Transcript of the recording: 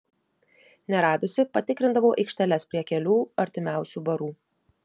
neradusi patikrindavau aikšteles prie kelių artimiausių barų